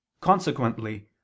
Consequently